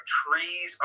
trees